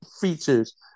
features